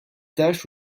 taches